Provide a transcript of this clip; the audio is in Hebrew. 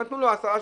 נתנו לו 10 שקלים.